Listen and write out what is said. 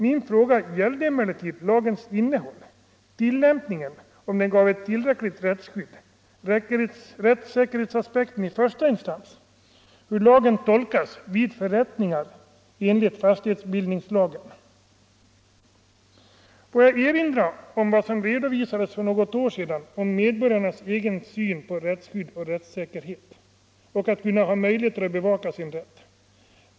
Min fråga gällde emellertid lagens innehåll, tillämpningen, om den ger ett tillräckligt rättsskydd, rättssäkerhetsaspekten i första instans och hur lagen tolkas vid förrättningar enligt fastighetsbildningslagen. Jag vill erinra om vad som redovisades för något år sedan i fråga om medborgarnas egen syn på rättsskydd och rättssäkerhet och möjligheten att bevaka sin rätt.